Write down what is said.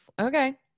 Okay